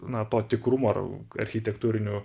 na to tikrumo ar architektūriniu